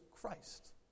Christ